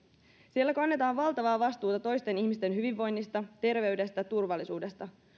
siellä kannetaan valtavaa vastuuta toisten ihmisten hyvinvoinnista terveydestä ja turvallisuudesta